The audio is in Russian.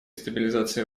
стабилизации